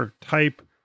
type